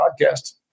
podcast